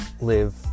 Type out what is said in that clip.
Live